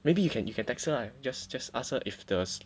maybe you can you can text her ah just just ask her if the slot